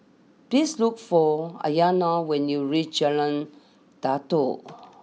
please look for Aryana when you reach Jalan Datoh